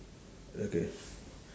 okay